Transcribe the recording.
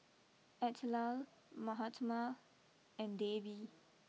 Atal Mahatma and Devi